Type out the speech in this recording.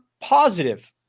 positive